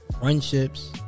Friendships